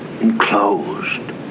enclosed